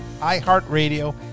iHeartRadio